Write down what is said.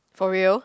for real